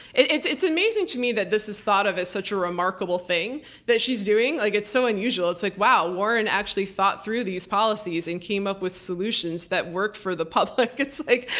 it's it's amazing to me that this is thought of as such a remarkable thing that she's doing. like it's so unusual. it's like, wow. warren actually thought through these policies and came up with solutions that worked for the public. it's like,